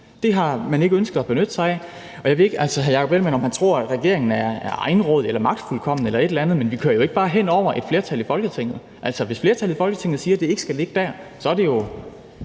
Det har man ikke ønsket at benytte sig af, og jeg ved ikke, om hr. Jakob Ellemann-Jensen tror, at regeringen er egenrådig eller magtfuldkommen eller et eller andet, men vi kører jo ikke bare hen over et flertal i Folketinget. Altså, hvis flertallet i Folketinget siger, at det ikke skal ligge dér, så bliver der